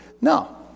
No